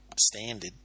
standard